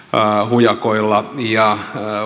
hujakoilla ja